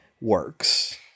works